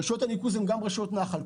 רשויות הניקוז הן גם רשויות נחל.